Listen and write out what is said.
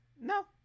No